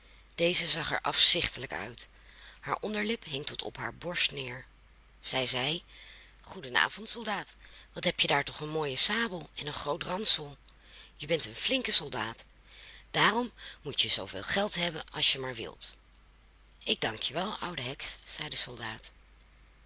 deze zag er afzichtelijk uit haar onderlip hing tot op haar borst neer zij zeide goeden avond soldaat wat heb je daar toch een mooie sabel en een grooten ransel je bent een flink soldaat daarom moet je zooveel geld hebben als je maar wilt ik dank je wel oude heks zei de soldaat